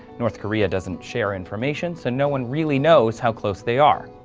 north korea doesn't share information so no one really knows how close they are.